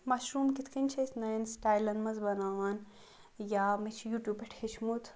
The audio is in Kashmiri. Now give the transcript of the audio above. مَشروٗم کِتھٕ کٔنۍ چھِ أسۍ نَیَن سِٹایلَن مَنٛز بَناوان یا مےٚ چھ یوٗ ٹیٛوٗب پیٚٹھ ہیٚوچھمُت